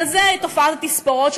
תופעת התספורות,